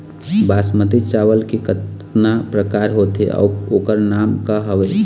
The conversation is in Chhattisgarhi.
बासमती चावल के कतना प्रकार होथे अउ ओकर नाम क हवे?